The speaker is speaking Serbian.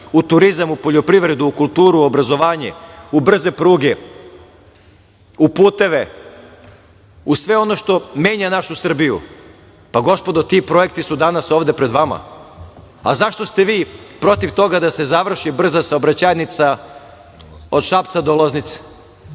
u turizam, poljoprivredu, kulturu, obrazovanje, u brze pruge, u puteve, u sve ono što menja našu Srbiju. Pa gospodo, ti projekti su danas ovde pred vama.Zašto ste vi protiv toga da se završi brza saobraćajnica od Šapca do Loznice,